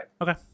okay